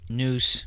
news